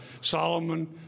Solomon